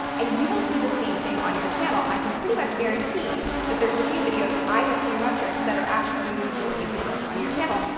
and you will see the same thing on your channel. i can pretty much guarantee that there's a few videos i would see in your metrics that are actually doing the majority of the growth on your channel.